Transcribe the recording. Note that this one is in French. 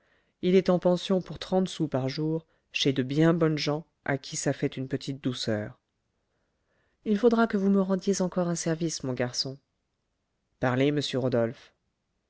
il est en pension pour trente sous par jour chez de bien bonnes gens à qui ça fait une petite douceur il faudra que vous me rendiez encore un service mon garçon parlez monsieur rodolphe